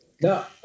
no